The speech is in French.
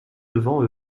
devant